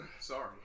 Sorry